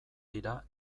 dira